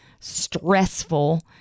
stressful